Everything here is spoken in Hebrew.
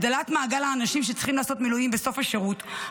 הגדלת מעגל האנשים שצריכים לעשות מילואים בסוף השירות,